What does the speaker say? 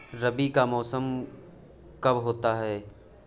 रबी का मौसम कब होता हैं?